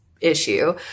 issue